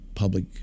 public